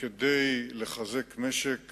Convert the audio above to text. ובמיוחד כדי לחזק משק